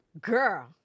Girl